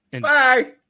bye